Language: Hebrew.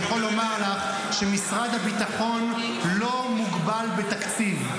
אני יכול לומר לך שמשרד הביטחון לא מוגבל בתקציב.